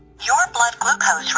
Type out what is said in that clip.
your blood ah